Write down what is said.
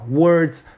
words